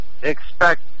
Expect